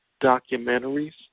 documentaries